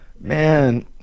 man